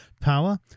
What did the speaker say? Power